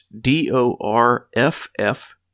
D-O-R-F-F